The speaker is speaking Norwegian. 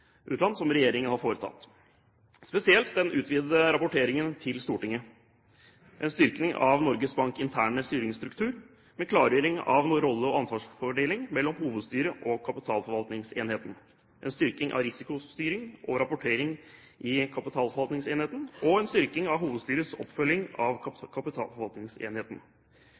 utland som regjeringen har foretatt, spesielt den utvidede rapporteringen til Stortinget en styrking av Norges Banks interne styringsstruktur, med klargjøring av rolle- og ansvarsfordeling mellom hovedstyret og kapitalforvaltningsenheten en styrking av risikostyring av rapportering i kapitalforvaltningsenheten en styrking av hovedstyrets oppfølging av kapitalforvaltningsenheten